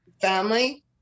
family